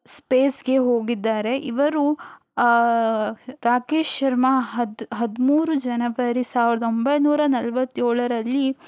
ಸ್ಪೇಸ್ಗೆ ಹೋಗಿದ್ದಾರೆ ಇವರು ರಾಕೇಶ್ ಶರ್ಮಾ ಹದ್ ಹದಿಮೂರು ಜನಬರಿ ಸಾವಿರದ ಒಂಬೈನೂರ ನಲ್ವತ್ತೇಳರಲ್ಲಿ